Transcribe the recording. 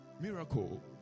Miracle